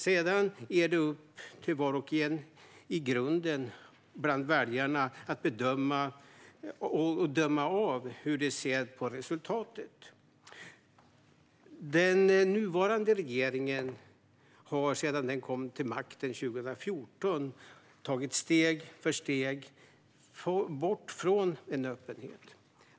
Sedan är det i grunden upp till var och en av väljarna att bedöma hur man ser på resultatet. Riksrevisionens rapport om reger-ingens skatteutgifts-redovisning Den nuvarande regeringen har sedan den kom till makten 2014 tagit steg efter steg bort från öppenhet.